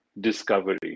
discovery